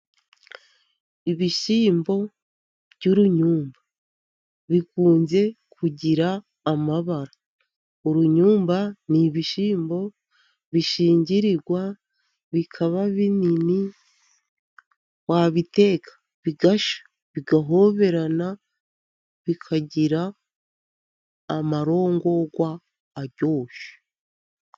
Ibishyimbo by'urunyumbu bikunze kugira amabara. Urunyumba n'ibishyimbo bishingirirwa bikaba binini, wabiteka bigahoberana, bikagira amarorwa aryoshye.